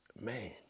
man